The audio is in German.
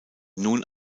nun